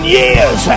years